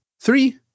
Three